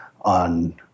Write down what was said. on